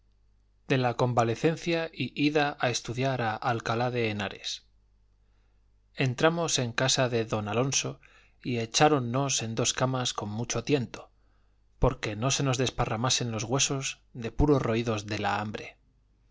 de la convalecencia y ida a estudiar a alcalá de henares entramos en casa de don alonso y echáronnos en dos camas con mucho tiento porque no se nos desparramasen los huesos de puro roídos de la hambre